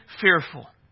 fearful